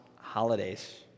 holidays